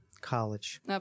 college